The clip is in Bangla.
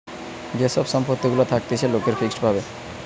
যে সব সম্পত্তি গুলা থাকতিছে লোকের ফিক্সড ভাবে